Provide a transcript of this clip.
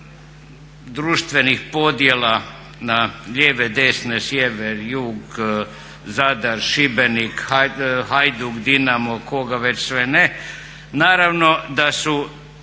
društvenih podjela na lijeve, desne, sjever, jug, Zadar, Šibenik, Hajduk, Dinamo, koga već sve ne. Naravno da su